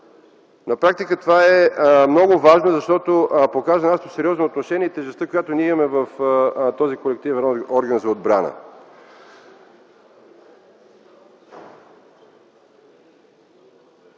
На практика това е много важно, защото показва нашето сериозно отношение и тежестта, която имаме в този колективен орган за отбрана.